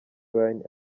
wine